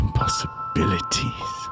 possibilities